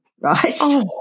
right